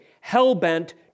hell-bent